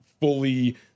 fully